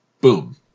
Boom